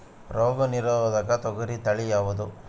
ರೋಗ ನಿರೋಧಕ ತೊಗರಿ ತಳಿ ಯಾವುದು?